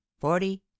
Forty